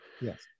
yes